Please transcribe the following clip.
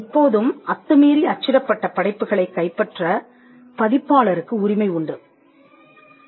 இப்போதும் அத்துமீறி அச்சிடப்பட்ட படைப்புகளைக் கைப்பற்ற பதிப்பாளருக்கு உரிமை உண்டு